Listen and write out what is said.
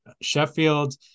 sheffield